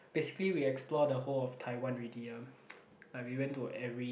basically we explore the whole of Taiwan already ah like we went to every